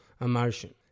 emotion